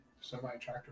semi-tractor